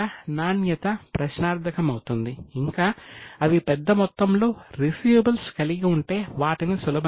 5 ఉండవచ్చు